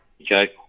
okay